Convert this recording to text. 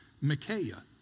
Micaiah